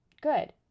Good